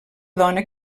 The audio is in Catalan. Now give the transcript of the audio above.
dona